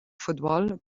futbol